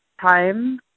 time